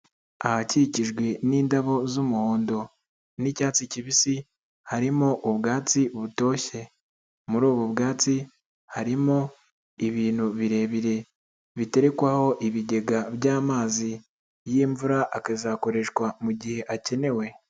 Ahakikijwe n'indabo z'umuhondo n'icyatsi kibisi harimo ubwatsi butoshye, muri ubu bwatsi harimo ibintu birebire biterekwaho ibigega by'amazi y'imvura akazakoreshwa mu gihe akenewe.